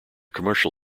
commercial